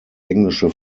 englische